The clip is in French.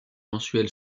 mensuel